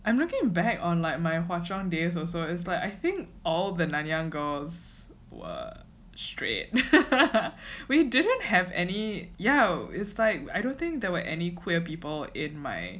I am looking back on like my hwa chong days also it's like I think all the nanyang girls were straight we didn't have any yeah it's like I don't think there were any queer people in my